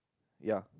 ya